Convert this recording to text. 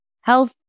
health